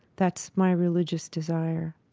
that's my religious desire